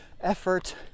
effort